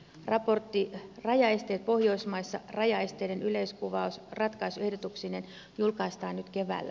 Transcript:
raportti rajaesteet pohjoismaissa rajaesteiden yleiskuvaus ratkaisuehdotuksineen julkaistaan nyt keväällä